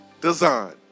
Design